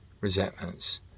resentments